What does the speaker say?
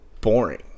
boring